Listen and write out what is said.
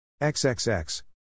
XXX